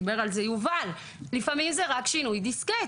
כמו שדיבר על זה יובל לפעמים זה רק שינוי דיסקט.